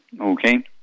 Okay